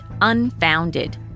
unfounded